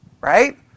right